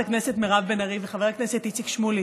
הכנסת מירב בן ארי וחבר הכנסת איציק שמולי,